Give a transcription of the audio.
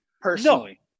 personally